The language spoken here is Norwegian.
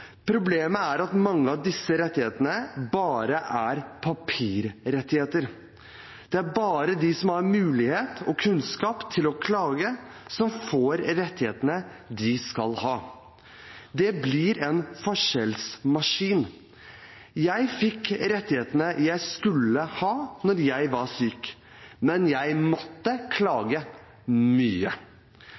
Problemet er at mange av disse rettighetene bare er papirrettigheter. Det er bare de som har mulighet og kunnskap til å klage, som får rettighetene de skal ha. Det blir en forskjellsmaskin. Jeg fikk rettighetene jeg skulle ha da jeg var syk, men jeg måtte klage mye.